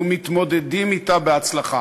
ומתמודדים אתה בהצלחה.